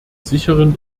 sicheren